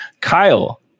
kyle